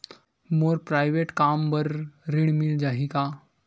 मोर private कम बर ऋण मिल जाही का?